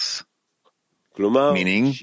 meaning